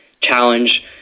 challenge